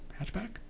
hatchback